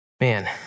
man